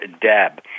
Deb